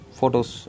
photos